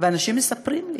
אנשים מספרים לי.